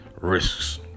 risks